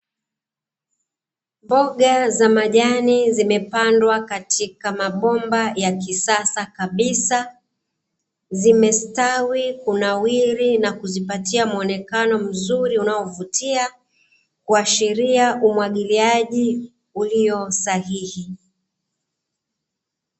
Mboga za majani, zilizopandwa katika mabomba ya kisasa kabisa. Zimestawi, kunawiri na kuzipatia muonekano mzuri unaovutia, kuashiria umwagiliaji ulio sahihi.